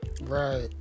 Right